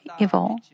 evil